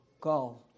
go